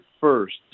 first